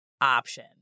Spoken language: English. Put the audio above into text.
option